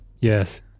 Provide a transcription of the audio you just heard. Yes